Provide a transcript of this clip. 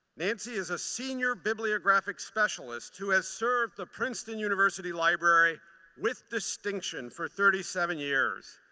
nancy is a senior bibliographic specialist who has served the princeton university library with distinction for thirty seven years.